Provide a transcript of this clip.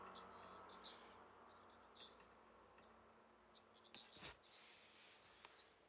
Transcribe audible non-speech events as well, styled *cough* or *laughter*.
*breath*